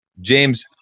James